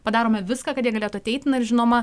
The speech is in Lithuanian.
padarome viską kad jie galėtų ateiti na ir žinoma